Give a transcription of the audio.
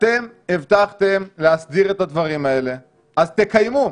אתם הבטחתם להסדיר את הדברים האלה, אז תקיימו.